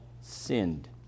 sinned